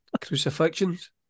crucifixions